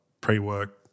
pre-work